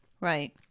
Right